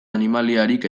animaliarik